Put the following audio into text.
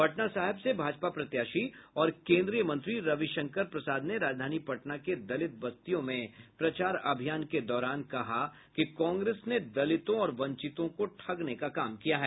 पटनासाहिब से भाजपा प्रत्याशी और कोन्द्रीय मंत्री रविशंकर प्रसाद ने राजधानी पटना के दलित बस्तियों में प्रचार अभियान के दौरान कहा कि कांग्रेस ने दलितों और वंचितों को ठगने का काम किया है